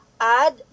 add